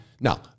Now